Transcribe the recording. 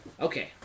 okay